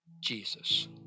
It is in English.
Jesus